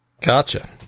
Gotcha